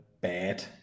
bad